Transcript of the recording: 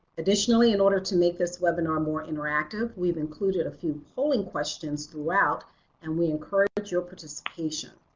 additionally in order to make this webinar more interactive we've included a few polling questions throughout and we encourage but your participation.